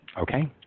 Okay